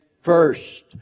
first